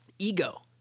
ego